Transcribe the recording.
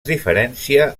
diferencia